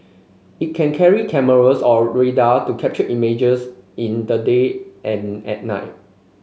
it can carry cameras or radar to capture images in the day and at night